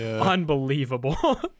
unbelievable